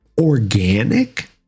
organic